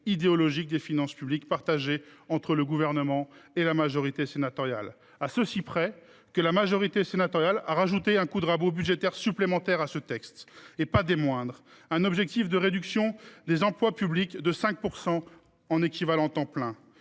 idéologique des finances publiques partagée entre le Gouvernement et la majorité sénatoriale. À cela près que la majorité sénatoriale a ajouté un coup de rabot budgétaire supplémentaire à ce texte. Et pas des moindres : un objectif de réduction des emplois publics de 5 % en équivalents temps plein